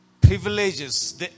privileges